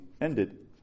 ended